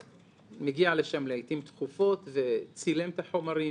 מגיע לשם לעתים תכופות וצילם את החומרים,